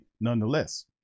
nonetheless